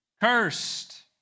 cursed